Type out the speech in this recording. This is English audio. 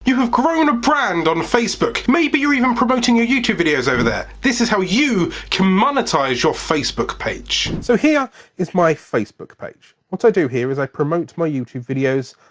you have grown a brand on facebook, maybe you're even promoting your ah youtube videos over there. this is how you can monetize your facebook page. so here is my facebook page. what i do here is i promote my youtube videos,